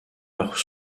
leurs